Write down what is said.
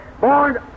born